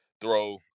throw